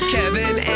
Kevin